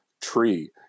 tree